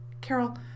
Carol